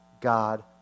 God